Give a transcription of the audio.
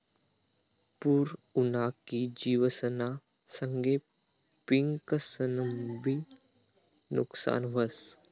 पूर उना की जिवसना संगे पिकंसनंबी नुकसान व्हस